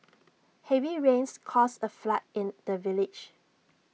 heavy rains caused A flood in the village